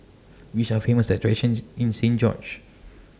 Which Are Famous attractions in Saint George's